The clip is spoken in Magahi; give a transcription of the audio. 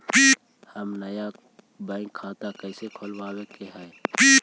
हम नया बैंक खाता कैसे खोलबाबे के है?